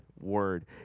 word